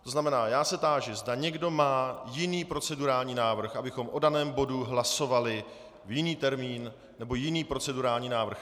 To znamená, já se táži, zda někdo má jiný procedurální návrh, abychom o daném bodu hlasovali v jiný termín, nebo jiný procedurální návrh.